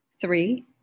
Three